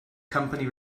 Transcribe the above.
company